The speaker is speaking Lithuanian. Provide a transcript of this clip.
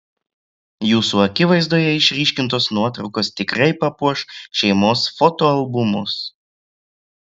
jūsų akivaizdoje išryškintos nuotraukos tikrai papuoš šeimos fotoalbumus